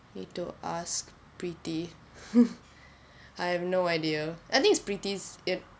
need to ask preeti I have no idea I think it's preeti's